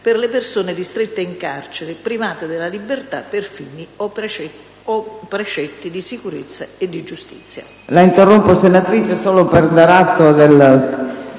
per le persone ristrette in carcere, private della libertà per fini o precetti di sicurezza e di giustizia".